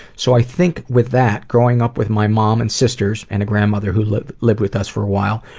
so i think with that, growing up with my mom and sisters, and grandmother who lived lived with us for a while,